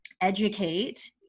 educate